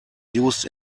used